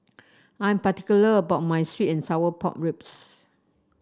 I am particular about my sweet and Sour Pork Ribs